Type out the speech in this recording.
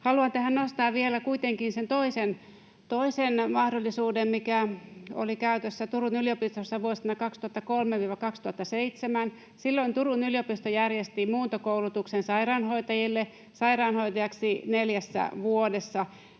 Haluan tähän nostaa vielä kuitenkin sen toisen mahdollisuuden, mikä oli käytössä Turun yliopistossa vuosina 2003–2007. Silloin Turun yliopisto järjesti muuntokoulutuksen sairaanhoitajille: lääkäriksi neljässä vuodessa.